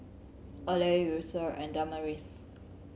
Earley Yulissa and Damaris